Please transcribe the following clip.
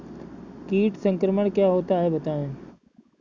कीट संक्रमण क्या होता है बताएँ?